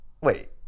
Wait